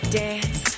dance